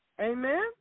Amen